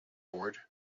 bored